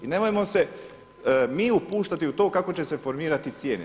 I nemojmo se mi upuštati u to kako će se formirati cijene.